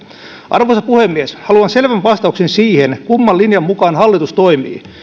arvoisa puhemies haluan selvän vastauksen siihen kumman linjan mukaan hallitus toimii